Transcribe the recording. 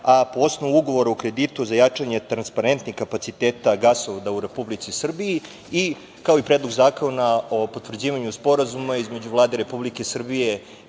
a po osnovu Ugovora o kreditu za jačanje transparentnih kapaciteta gasovoda u Republici Srbiji, kao i Predlog zakona o potvrđivanju Sporazuma između Vlade Republike Srbije